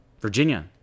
Virginia